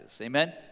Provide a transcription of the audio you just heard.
amen